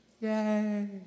Yay